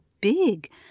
big